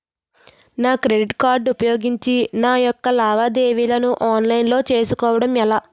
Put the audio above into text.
నా credit card ఉపయోగించి నా యెక్క లావాదేవీలను ఆన్లైన్ లో చేసుకోవడం ఎలా?